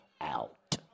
out